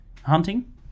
hunting